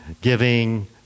giving